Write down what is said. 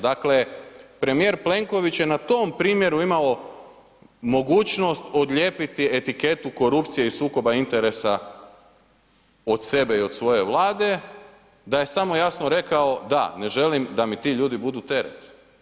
Dakle premijer Plenković je na tom primjeru imao mogućnost odlijepiti etiketu korupcije i sukoba interesa od sebe i od svoje Vlade da je samo jasno rekao, da ne želim da mi ti ljudi budu teret.